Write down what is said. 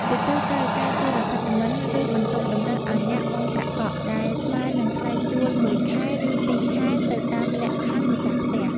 ជាទូទៅ ការជួលអាផាតមិន ឬបន្ទប់តម្រូវឱ្យអ្នកបង់ប្រាក់កក់ ដែលស្មើនឹងថ្លៃជួល មួយ ខែ ឬ ពីរ ខែ ទៅតាមលក្ខខណ្ឌម្ចាស់ផ្ទះ។